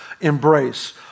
embrace